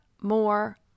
more